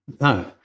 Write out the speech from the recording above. No